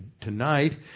tonight